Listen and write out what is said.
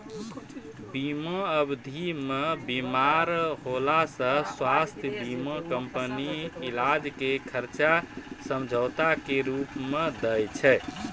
बीमा अवधि मे बीमार होला से स्वास्थ्य बीमा कंपनी इलाजो के खर्चा समझौता के रूपो मे दै छै